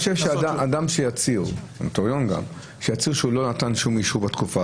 אני חושב שנוטריון שלא נתן שום אישור בתקופה